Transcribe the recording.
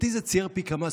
אותי זה ציער פי כמה,